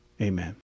Amen